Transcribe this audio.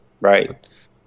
right